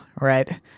right